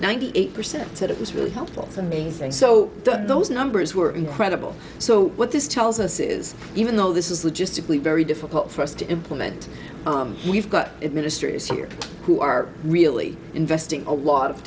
ninety eight percent said it was really helpful and beings and so those numbers were incredible so what this tells us is even though this is logistically very difficult for us to implement we've got administrators here who are really investing a lot of